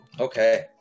Okay